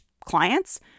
clients